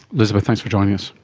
elizabeth, thanks for joining us.